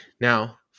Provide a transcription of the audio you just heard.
Now